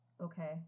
Okay